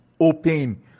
open